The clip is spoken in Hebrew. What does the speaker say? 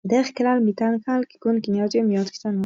בדרך כלל מטען קל כגון קניות יומיות קטנות.